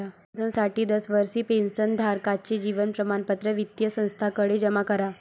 पेन्शनसाठी दरवर्षी पेन्शन धारकाचे जीवन प्रमाणपत्र वित्तीय संस्थेकडे जमा करा